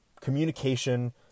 communication